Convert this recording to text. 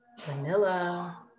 vanilla